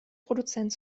produzent